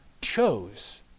chose